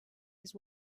his